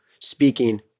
speaking